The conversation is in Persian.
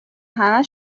همه